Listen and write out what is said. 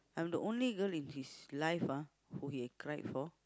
I'm the only girl in his life ah who he cried for